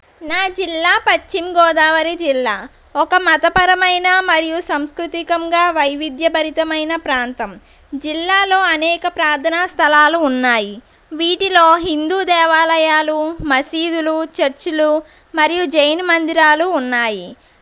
నా జిల్లా పశ్చిమగోదావరి జిల్లా ఒక మతపరమైన మరియు సాంస్కృతికంగా వైవిద్యభరితమైన ప్రాంతం జిల్లాలో అనేక ప్రార్ధన స్థలాలు ఉన్నాయి వీటిలో హిందూ దేవాలయాలు మసీదులు చర్చిలు మరియు జైను మందిరాలు ఉన్నాయి